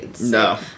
no